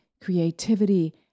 creativity